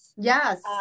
Yes